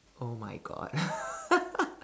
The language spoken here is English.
oh my God